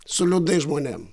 su liūdnais žmonėm